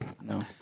no